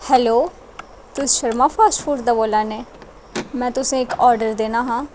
hello तुस Sharma fast food में तुसेंगी इक आर्डर देना हा ते